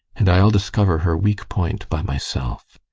and i'll discover her weak point by myself.